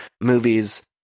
movies